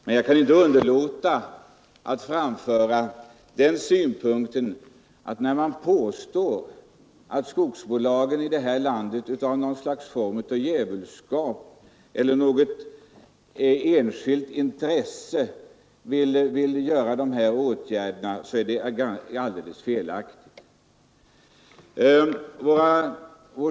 Men jag kan inte underlåta att reagera när man påstår att skogsbolagen i detta land vidtar åtgärder på grund av någon sorts djävulskap eller i enskilt intresse.